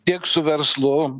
tiek su verslu